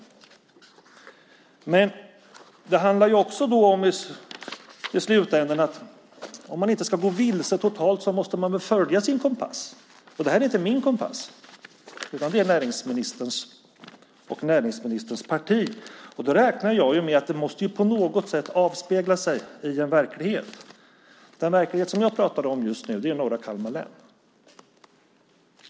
I slutändan handlar det också om att man, om man inte ska gå vilse totalt, måste följa sin kompass. Det är inte min kompass. Det är näringsministerns och näringsministerns partis. Jag räknar med att det på något sätt måste avspegla sig i en verklighet. Den verklighet som jag pratade om nyss är norra Kalmar län.